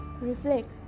Reflect